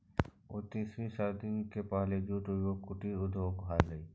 उन्नीसवीं शताब्दी के पहले जूट उद्योग कुटीर उद्योग हलइ